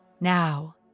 now